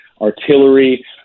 artillery